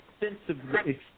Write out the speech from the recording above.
extensively